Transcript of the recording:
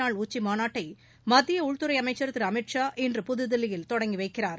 நாள் உச்சிமாநாட்டை மத்திய உள்துறை அமைச்சர் திரு அமித் ஷா இன்று புதுதில்லியில் தொடங்கி வைக்கிறார்